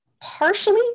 Partially